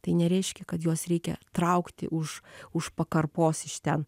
tai nereiškia kad juos reikia traukti už už pakarpos iš ten